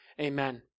Amen